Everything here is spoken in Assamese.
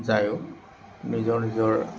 যায়ো নিজৰ নিজৰ